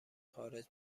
خارج